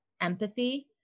empathy